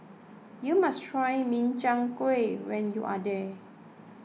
you must try Min Chiang Kueh when you are here